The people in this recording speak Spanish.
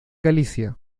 galicia